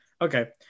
Okay